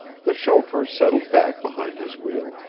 the chauffeur settled back behind his wheel,